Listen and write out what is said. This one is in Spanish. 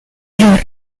mayor